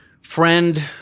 friend